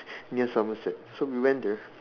near Somerset so we went there